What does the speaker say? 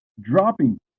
Dropping